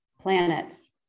planets